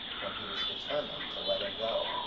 when he was determined to let him go.